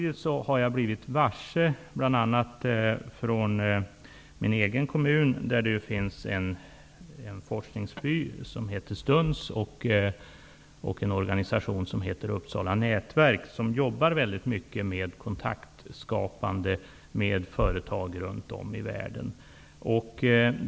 I min egen kommun finns en forskningsby som heter STUNS och en organisation som heter Uppsala nätverk, som jobbar mycket med att skapa kontakter med företag runt om i världen.